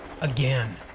again